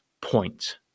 point